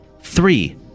Three